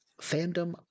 Fandom